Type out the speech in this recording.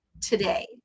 today